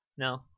No